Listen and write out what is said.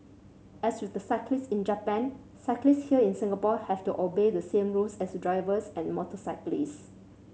as with the cyclists in Japan cyclists here in Singapore have to obey the same rules as drivers and motorcyclists